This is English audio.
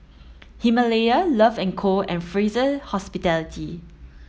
Himalaya Love and Co and Fraser Hospitality